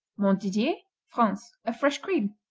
montdidier france a fresh cream.